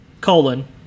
colon